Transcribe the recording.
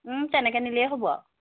তেনেকৈ নিলেই হ'ব আৰু